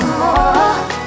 more